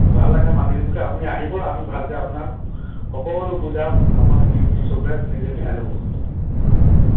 ভাল লাগে মাজুলীৰ বিষয়ে আপুনি আহিব আমি ভালকৈ আপোনাক সকলো বুজাম আপুনি নিজ চকুৰে নিজে চাই ল'ব হ'ব